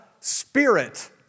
spirit